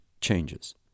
changes